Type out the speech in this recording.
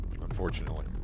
unfortunately